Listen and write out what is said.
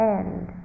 end